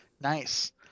Nice